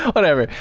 whatever.